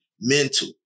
mental